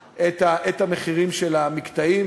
ואני רוצה לדבר הכי פתוח בנושא הזה: